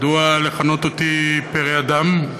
מדוע לכנות אותי "פרא אדם"?